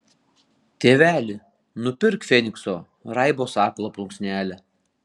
tėveli nupirk fenikso raibo sakalo plunksnelę